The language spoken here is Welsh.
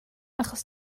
achos